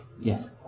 yes